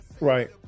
Right